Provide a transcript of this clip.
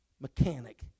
mechanic